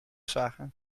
zagen